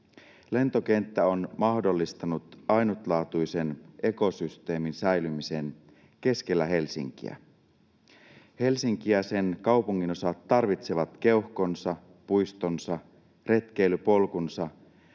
Lentokenttä on mahdollistanut ainutlaatuisen ekosysteemin säilymisen keskellä Helsinkiä. Helsinki ja sen kaupunginosat tarvitsevat keuhkonsa, puistonsa, retkeilypolkunsa,